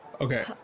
Okay